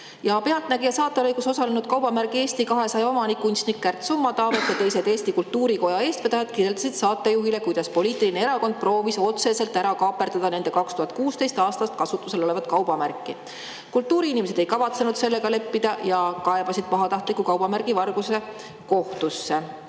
"Pealtnägija" saatelõigus osalenud kaubamärgi Eesti 200 omanik kunstnik Kärt Summatavet ja teised Eesti Kultuuri Koja eestvedajad kirjeldasid saatejuhile, kuidas poliitiline erakond proovis otseselt kaaperdada nende 2016. aastast kasutusel olevat kaubamärki. Kultuuriinimesed ei kavatsenud sellega leppida ja kaebasid pahatahtliku kaubamärgivarguse kohtusse.